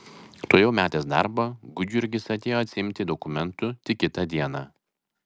tuojau metęs darbą gudjurgis atėjo atsiimti dokumentų tik kitą dieną